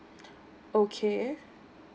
okay